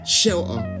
shelter